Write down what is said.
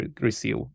receive